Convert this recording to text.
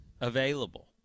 available